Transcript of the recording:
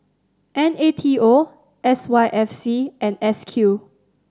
N A T O S Y F C and S Q